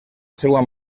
seua